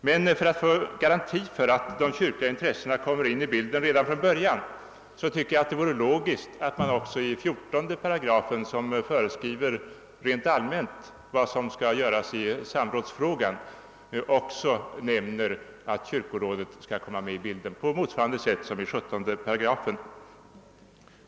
Men för att man skall få garanti för att det redan från början tas hänsyn till de kyrkliga intressena tycker jag att det vore logiskt att man också i 14 8, som föreskriver rent allmänt vad som skall göras i samrådsfrågan, nämner att kyrkorådet skall komma med i bilden på samma sätt som enligt 17 §.